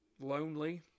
lonely